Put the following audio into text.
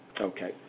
Okay